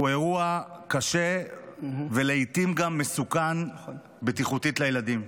הוא אירוע קשה ולעתים גם מסוכן בטיחותית לילדים.